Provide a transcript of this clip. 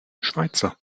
schweizer